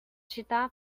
città